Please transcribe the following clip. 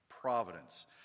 providence